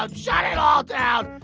um shut it all down.